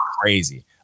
crazy